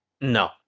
No